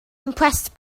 impressed